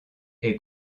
est